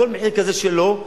על כל מחיר כזה של "לא",